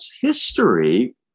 history